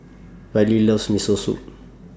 Rylee loves Miso Soup